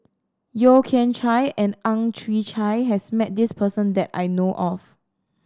Yeo Kian Chye and Ang Chwee Chai has met this person that I know of